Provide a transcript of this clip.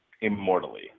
immortally